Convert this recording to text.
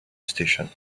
station